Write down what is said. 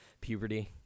puberty